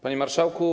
Panie Marszałku!